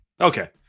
Okay